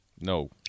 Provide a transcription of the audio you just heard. No